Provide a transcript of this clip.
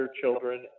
children